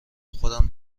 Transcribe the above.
امنهخودم